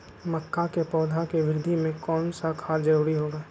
मक्का के पौधा के वृद्धि में कौन सा खाद जरूरी होगा?